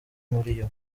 muriyo